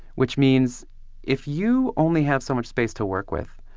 which means if you only have so much space to work with,